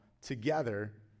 together